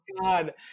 God